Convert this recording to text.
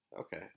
Okay